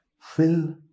fill